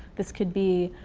this could be,